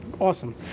Awesome